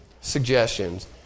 suggestions